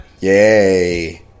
Yay